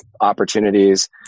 opportunities